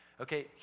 Okay